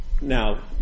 Now